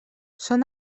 són